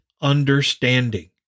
understanding